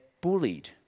bullied